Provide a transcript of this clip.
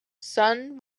sun